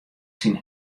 syn